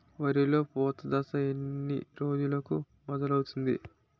వరిలో పూత దశ ఎన్ని రోజులకు మొదలవుతుంది?